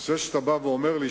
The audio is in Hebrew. זה שאתה בא ואומר לי,